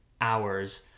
hours